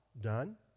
done